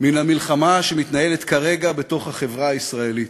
מן המלחמה שמתנהלת כרגע בתוך החברה הישראלית.